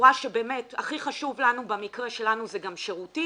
הכי חשוב לנו שיהיה שירותי